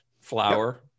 flour